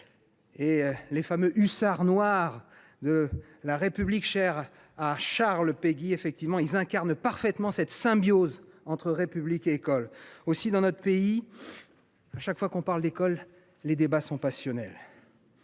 Et les fameux hussards noirs de la République, chers à Charles Péguy, incarnent parfaitement cette symbiose entre République et école. Aussi, dans notre pays, chaque fois que l’on parle d’école, les débats sont passionnels.